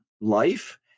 life